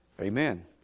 Amen